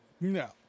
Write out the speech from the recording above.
No